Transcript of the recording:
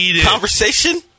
conversation